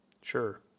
Sure